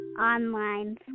Online